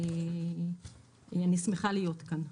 אני שמחה להיות כאן.